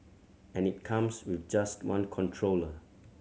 and it comes with just one controller